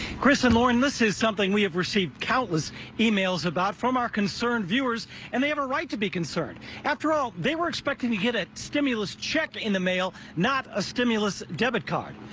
chris and lauren this is something we have received countless emails about from are concerned viewers and they have a right to be concerned after all they were expecting hit ah stimulus check in the mail not a stimulus debit card.